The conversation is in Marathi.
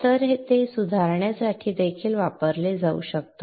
तर ते सुधारण्यासाठी देखील वापरले जाऊ शकतात